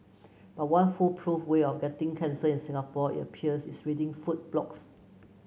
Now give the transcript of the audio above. but one foolproof way of getting cancer in Singapore it appears is reading food blogs